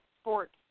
sports